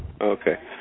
Okay